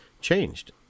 changed